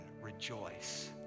rejoice